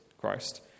Christ